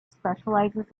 specialises